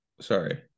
Sorry